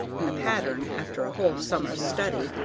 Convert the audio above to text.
and the pattern, after a whole summer's study,